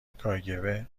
کاگب